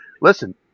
listen